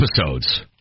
episodes